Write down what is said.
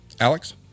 Alex